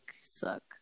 suck